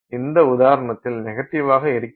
இந்த உதாரணத்தில் நெகட்டிவாக இருக்கிறது